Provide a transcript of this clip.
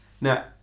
Now